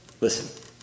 listen